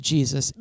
Jesus